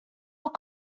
were